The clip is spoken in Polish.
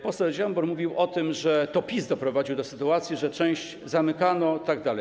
Poseł Dziambor mówił o tym, że to PiS doprowadził do sytuacji, że część zamykano itd.